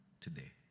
today